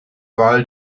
val